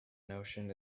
notion